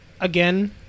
again